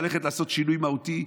אז ללכת ולעשות שינוי מהותי,